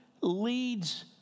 leads